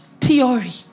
theory